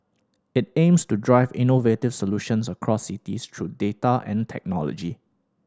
it aims to drive innovative solutions across cities through data and technology